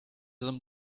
some